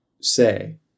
say